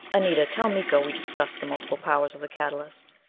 anita, tell miko we discussed the multiple powers of the catalyst.